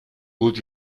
gut